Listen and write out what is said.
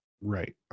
Right